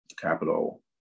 capital